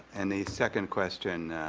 and the second question